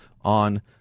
on